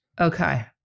Okay